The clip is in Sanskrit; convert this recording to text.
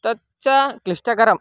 तच्च क्लिष्टकरम्